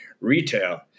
retail